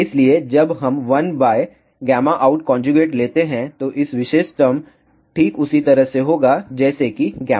इसलिए जब हम 1out लेते हैं इस विशेष टर्म ठीक उसी तरह होगा जैसे कि out